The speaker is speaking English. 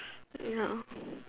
no